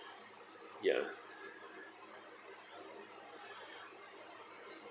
ya